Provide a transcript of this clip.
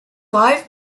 living